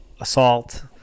assault